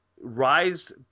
rise